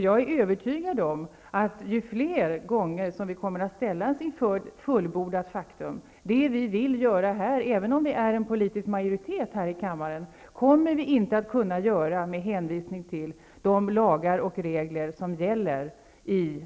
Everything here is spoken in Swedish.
Jag är övertygad om att vi gång på gång kommer att ställas inför fullbordat faktum -- det vi vill göra här och har politisk majoritet för här i kammaren, kommer vi inte att kunna göra med hänvisning till de lagar och regler som gäller i